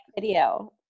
video